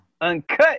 Uncut